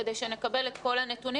שמערכת